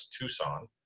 Tucson